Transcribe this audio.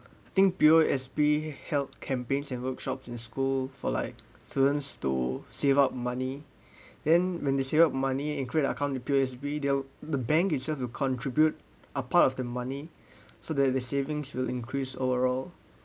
think P_O_S_B health campaigns and workshops in school for like students to save up money then when they save up money and create account in P_O_S_B they'll the bank itself will contribute a part of the money so that the savings will increase overall